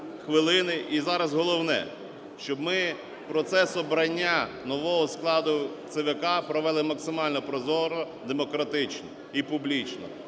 і зараз головне, щоб ми процес обрання нового складу ЦВК провели максимально прозоро, демократично і публічно.